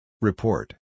Report